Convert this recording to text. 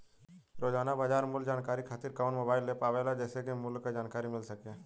रोजाना बाजार मूल्य जानकारी खातीर कवन मोबाइल ऐप आवेला जेसे के मूल्य क जानकारी मिल सके?